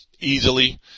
easily